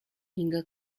hingga